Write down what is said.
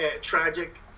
tragic